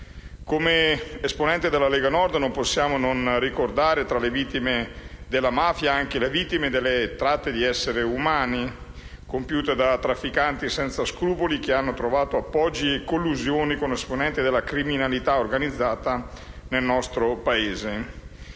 Come esponenti della Lega Nord non possiamo non ricordare, tra le vittime della mafia, anche le vittime della tratta di esseri umani, compiuta da trafficanti senza scrupoli, che hanno trovato appoggi e collusioni con esponenti della criminalità organizzata nel nostro Paese.